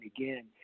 again